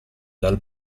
dal